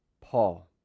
Paul